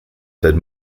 fed